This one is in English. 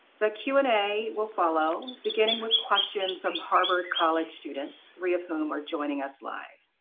the q and a will follow, beginning with questions from harvard college students, three of whom are joining us live.